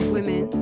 Women